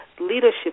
leadership